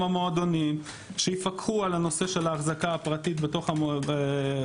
המועדונים שיפקחו על הנושא של האחזקה הפרטית בבית,